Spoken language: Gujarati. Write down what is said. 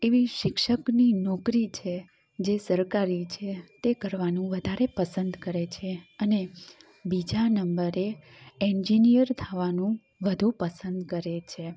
એવી શિક્ષકની નોકરી છે જે સરકારી છે તે કરવાનું વધારે પસંદ કરે છે અને બીજા નંબરે એન્જીનીયર થવાનું વધુ પસંદ કરે છે